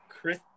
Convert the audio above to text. Chris